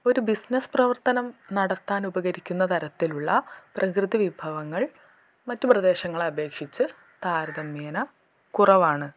ഒരു ബിസ്നസ്സ് പ്രവർത്തനം നടത്താൻ ഉപകരിക്കുന്ന തരത്തിലുള്ള പ്രകൃതി വിഭവങ്ങൾ മറ്റു പ്രദേശങ്ങളെ അപേക്ഷിച്ച് താരതമ്യേനെ കുറവാണ്